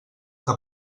que